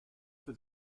for